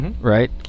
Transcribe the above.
Right